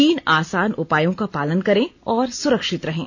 तीन आसान उपायों का पालन करें और सुरक्षित रहें